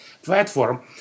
platform